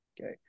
okay